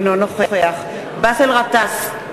אינו נוכח באסל גטאס,